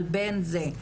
אבל בין זה,